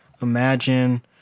Imagine